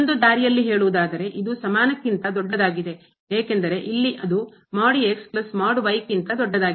ಇನ್ನೊಂದು ದಾರಿಯಲ್ಲಿ ಹೇಳುವುದಾದರೆ ಇದು ಸಮಾನಕ್ಕಿಂತ ದೊಡ್ಡದಾಗಿದೆ ಏಕೆಂದರೆ ಇಲ್ಲಿ ಅದು ಕ್ಕಿಂತ ದೊಡ್ಡದಾಗಿದೆ